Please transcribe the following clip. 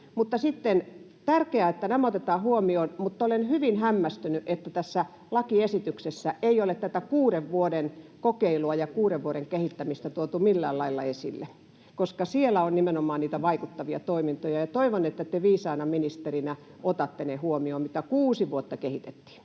vuotta. On tärkeää, että nämä otetaan huomioon, mutta olen hyvin hämmästynyt, että tässä lakiesityksessä ei ole tätä kuuden vuoden kokeilua ja kuuden vuoden kehittämistä tuotu millään lailla esille, koska siellä on nimenomaan niitä vaikuttavia toimintoja, ja toivon, että te viisaana ministerinä otatte huomioon ne, mitä kuusi vuotta kehitettiin.